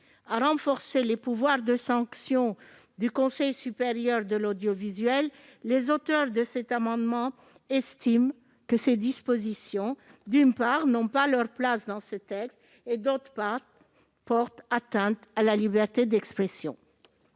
à renforcer les pouvoirs de sanction du Conseil supérieur de l'audiovisuel, les auteurs de cet amendement estiment, d'une part, qu'elles n'ont pas leur place dans ce texte, et, d'autre part, qu'elles portent atteinte à la liberté d'expression.